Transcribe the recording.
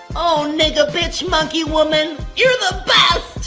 oh, n-gga b-tch monkey woman, you're the best!